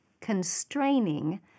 Constraining